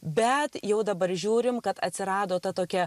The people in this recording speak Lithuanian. bet jau dabar žiūrim kad atsirado ta tokia